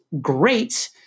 great